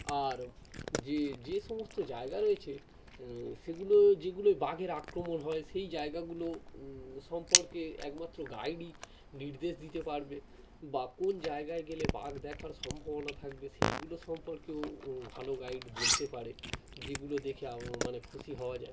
আর যে যে সমস্ত জায়গা রয়েছে সেগুলো যেগুলো বাঘের আক্রমণ হয় সেই জায়গাগুলো সম্পর্কে একমাত্র গাইডই নির্দেশ দিতে পারবে বা কোন জায়গায় গেলে বাঘ দেখার সম্ভবনা থাকবে সেইগুলো সম্পর্কেও ভালো গাইড বলতে পারে যেগুলো দেখে আব মানে খুশি হওয়া যায়